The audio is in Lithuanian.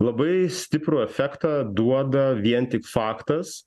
labai stiprų efektą duoda vien tik faktas